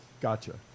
Gotcha